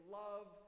love